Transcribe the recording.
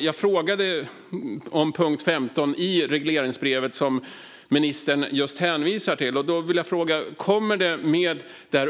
Jag frågade om punkt 15 i regleringsbrevet, som ministern hänvisar till. Kommer